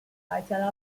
title